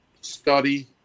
study